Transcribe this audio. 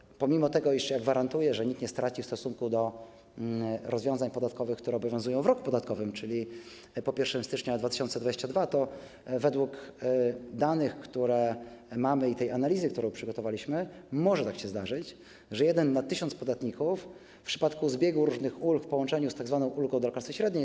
Dlatego pomimo tego, że ja gwarantuję, że nikt nie straci w stosunku do rozwiązań podatkowych, które obowiązują w roku podatkowym, czyli po 1 stycznia 2022 r., to według danych, które mamy, i według analizy, którą przygotowaliśmy, może się tak zdarzyć, że jeden na 1 tys. podatników w przypadku zbiegu różnych ulg w połączeniu z tzw. ulgą dla klasy średniej.